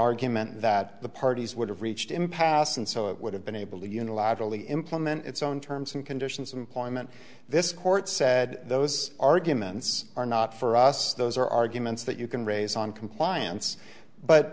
argument that the parties would have reached impasse and so it would have been able to unilaterally implement its own terms and conditions of employment this court said those arguments are not for us those are arguments that you can raise on compliance but